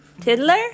Tiddler